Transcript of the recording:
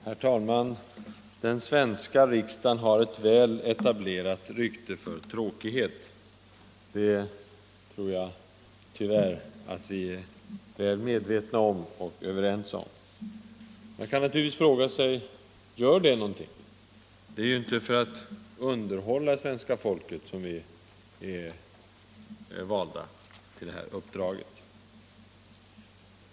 Herr talman! Den svenska riksdagen har ett väl etablerat rykte för Offentliga utskottstråkighet — det tror jag tyvärr att vi är medvetna om och överens om. = utfrågningar Man kan naturligtvis fråga sig: Gör det någonting? Det är ju inte för att underhålla folket som vi är valda till detta uppdrag.